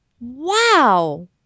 Wow